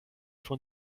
von